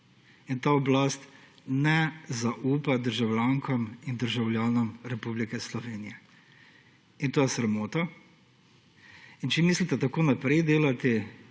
ta oblast ne zaupa državljankam in državljanom Republike Slovenije. In to je sramota. Če mislite tako naprej delati,